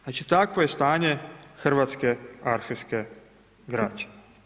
Znači takvo je stanje hrvatske arhivske građe.